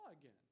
again